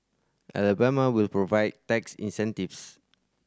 Alabama will provide tax incentives